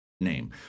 name